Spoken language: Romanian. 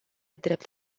drept